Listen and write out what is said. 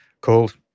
called